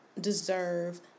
deserve